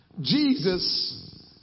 Jesus